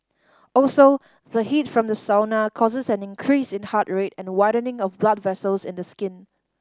also the heat from the sauna causes an increase in heart rate and widening of blood vessels in the skin